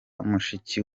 mushiki